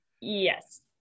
Yes